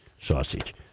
sausage